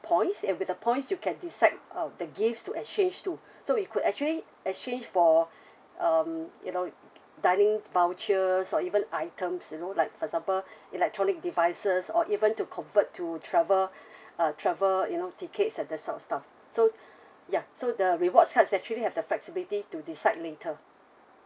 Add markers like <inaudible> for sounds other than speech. points and with the points you can decide uh the gifts to exchange to so you could actually exchange for um you know dining vouchers or even items you know like for example electronic devices or even to convert to travel <breath> uh travel you know tickets and that sort of stuff so ya so the rewards cards actually have the flexibility to decide later